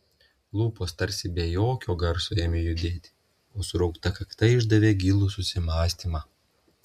lūpos tarsi be jokio garso ėmė judėti o suraukta kakta išdavė gilų susimąstymą